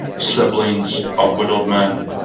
siblings of widowed men,